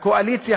הקואליציה,